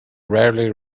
rarely